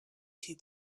two